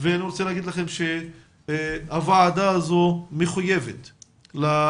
ואני רוצה להגיד לכם שהוועדה הזו מחויבת למאבק,